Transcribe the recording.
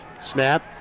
Snap